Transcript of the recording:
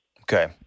Okay